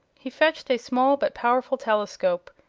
he fetched a small but powerful telescope,